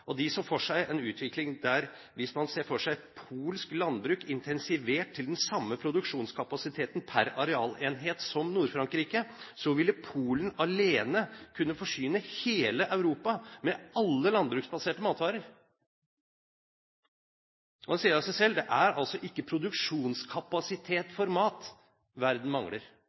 De så for seg en utvikling der polsk landbruk ble intensivert til den samme produksjonskapasitet per arealenhet som Nord-Frankrike. Da ville Polen alene kunne forsyne hele Europa med alle landbruksbaserte matvarer. Da sier det seg selv at det er ikke produksjonskapasitet for mat verden mangler.